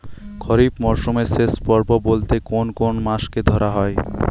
খরিপ মরসুমের শেষ পর্ব বলতে কোন কোন মাস কে ধরা হয়?